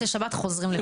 לא כולל שבת,